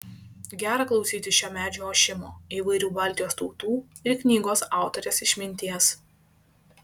gera klausytis šio medžio ošimo įvairių baltijos tautų ir knygos autorės išminties